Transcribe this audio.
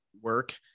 work